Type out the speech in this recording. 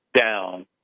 down